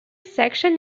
section